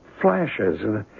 flashes